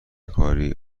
کاری